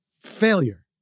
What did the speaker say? failure